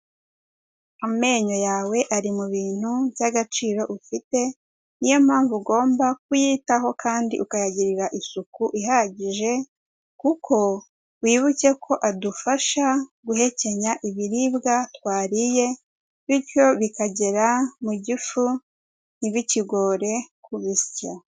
Amenyo yawe ari mu bintu by'agaciro ufite niyo mpamvu ugomba kuyitaho kandi ukayagirira isuku ihagije, kuko wibuke ko adufasha guhekenya ibiribwa twariye bityo bikagera mu gifu ntibikigore kubisya.